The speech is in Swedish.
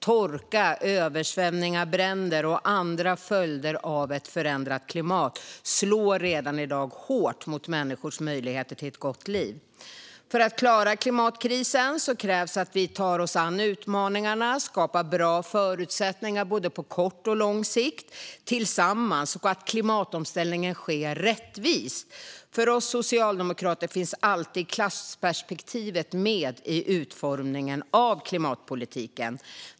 Torka, översvämningar, bränder och andra följder av ett förändrat klimat slår redan i dag hårt mot människors möjligheter till ett gott liv. För att klara klimatkrisen krävs det att vi tar oss an utmaningarna och skapar bra förutsättningar på både kort och lång sikt tillsammans och att klimatomställningen sker rättvist. För oss socialdemokrater finns alltid klassperspektivet med vid utformningen av klimatpolitiken.